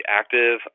active